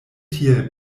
tiel